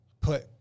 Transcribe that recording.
put